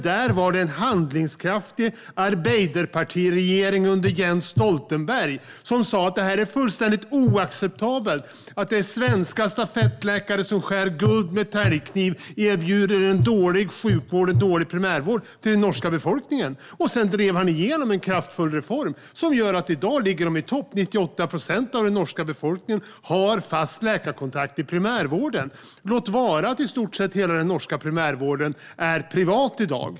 Där var det en handlingskraftig arbeiderpartiregering under Jens Stoltenberg som sa att det är fullständigt oacceptabelt att svenska stafettläkare skär guld med täljkniv och erbjuder en dålig sjukvård och en dålig primärvård till den norska befolkningen. Stoltenberg drev igenom en kraftfull reform som gör att de i dag ligger i topp - 98 procent av den norska befolkningen har fast läkarkontakt i primärvården, låt vara att i stort sett hela den norska primärvården är privat i dag.